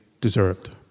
deserved